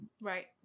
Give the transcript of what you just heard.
right